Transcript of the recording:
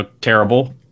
terrible